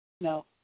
No